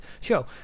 show